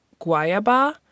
Guayaba